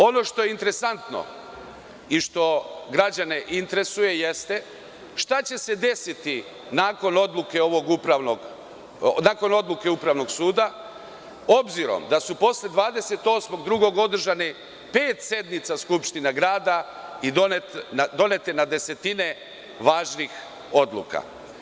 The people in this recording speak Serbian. Ono što je interesantno i što građane interesuje jeste, šta će se desiti nakon odluke Upravnog suda, obzirom da su posle 28.02. održane pet sednica skupština grada i donete na desetine važnih odluka.